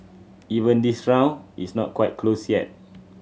even this round it's not quite closed yet